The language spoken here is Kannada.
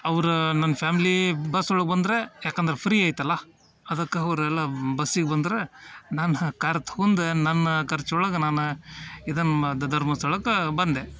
ಅವ್ರು ನನ್ನ ಫ್ಯಾಮ್ಲೀ ಬಸ್ ಒಳಗೆ ಬಂದರೆ ಯಾಕಂದ್ರೆ ಫ್ರೀ ಐತಲ್ಲ ಅದಕ್ಕೆ ಅವರೆಲ್ಲ ಬಸ್ಸಿಗೆ ಬಂದ್ರೆ ನಾನು ಕಾರ್ ತೊಗೊಂಡ್ ನನ್ನ ಖರ್ಚು ಒಳಗೆ ನಾನು ಇದನ್ನು ಮ ಧರ್ಮಸ್ಥಳಕ್ಕೆ ಬಂದೆ